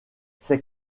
ses